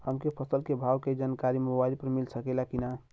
हमके फसल के भाव के जानकारी मोबाइल पर मिल सकेला की ना?